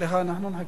נחכה לשר.